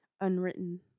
unwritten